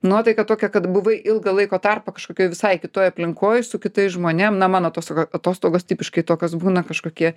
nuotaiką tokią kad buvai ilgą laiko tarpą kažkokioj visai kitoj aplinkoj su kitais žmonėm na mano tos atostogos tipiškai tokios būna kažkokie